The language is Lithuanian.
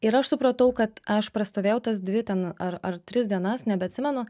ir aš supratau kad aš prastovėjau tas dvi ar ar tris dienas nebeatsimenu